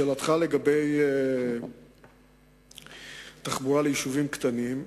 לשאלתך בנושא תחבורה ליישובים קטנים,